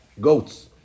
goats